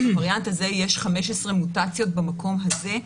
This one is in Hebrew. בווריאנט הזה יש 15 מוטציות במקום הזה,